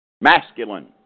masculine